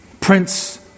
Prince